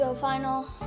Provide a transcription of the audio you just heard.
final